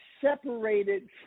separated